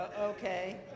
okay